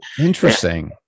Interesting